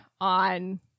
on